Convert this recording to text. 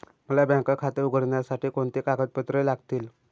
मला बँक खाते उघडण्यासाठी कोणती कागदपत्रे लागतील?